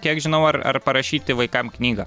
kiek žinau ar ar parašyti vaikam knygą